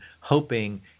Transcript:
hoping